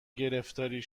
گرفتاری